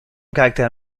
caractère